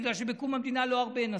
בגלל שבקום המדינה לא הרבה נסעו,